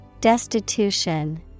Destitution